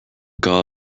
dhá